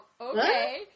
okay